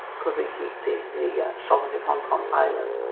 could we keep the the sovereignty of hong kong island